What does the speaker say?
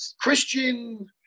Christian